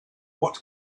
what